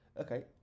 okay